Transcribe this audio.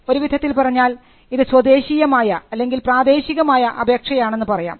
ഒരുവിധത്തിൽ പറഞ്ഞാൽ ഇത് സ്വദേശിയമായ അല്ലെങ്കിൽ പ്രാദേശികമായ അപേക്ഷയാണെന്ന് പറയാം